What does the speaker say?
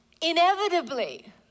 inevitably